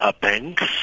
banks